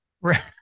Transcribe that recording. right